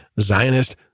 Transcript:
Zionist